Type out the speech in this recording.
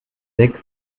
sechs